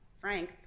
frank